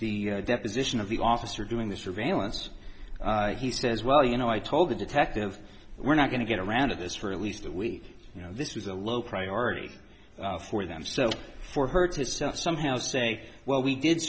the deposition of the officer doing this surveillance he says well you know i told the detective we're not going to get around to this for at least a week you know this was a low priority for them so for her to self somehow say well we did